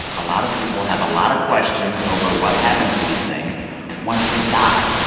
a lot of people have a lot of questions over what happens to these things once they die.